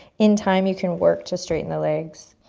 in time you can work to straighten the legs.